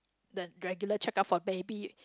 the regular check up for baby